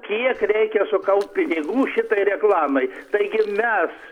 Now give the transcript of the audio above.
kiek reikia sukaupt pinigų šitai reklamai taigi mes